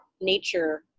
nature